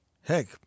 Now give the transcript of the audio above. Heck